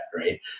right